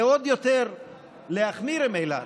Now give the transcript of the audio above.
זה עוד יותר להחמיר עם אילת.